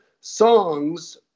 songs